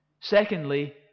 Secondly